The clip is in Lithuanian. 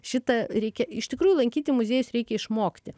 šitą reikia iš tikrųjų lankyti muziejus reikia išmokti